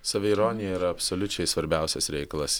saviironija yra absoliučiai svarbiausias reikalas